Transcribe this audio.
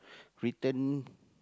written